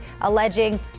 alleging